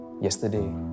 Yesterday